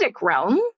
realm